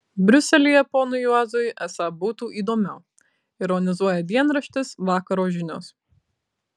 briuselyje ponui juozui esą būtų įdomiau ironizuoja dienraštis vakaro žinios